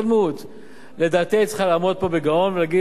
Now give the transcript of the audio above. לדעתי היית צריכה לעמוד פה בגאון ולהגיד: ביבי נתניהו,